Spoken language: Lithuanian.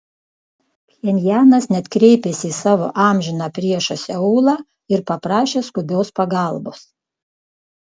pchenjanas net kreipėsi į savo amžiną priešą seulą ir paprašė skubios pagalbos